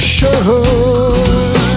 Show